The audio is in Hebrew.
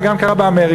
זה גם קרה באמריקה,